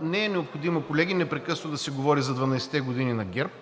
не е необходимо, колеги, непрекъснато да се говори за 12-те години на ГЕРБ,